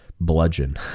bludgeon